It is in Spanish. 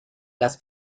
las